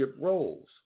roles